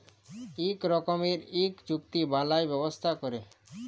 ইক রকমের ইক চুক্তি বালায় ব্যবসা ক্যরে